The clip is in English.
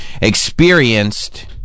experienced